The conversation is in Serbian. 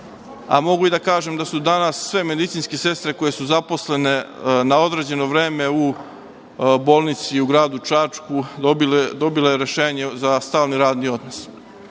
a mogu i da kažem da su danas sve medicinske sestre, koje su zaposlene na određeno vreme u bolnici u gradu Čačku, dobile rešenje za stalni radni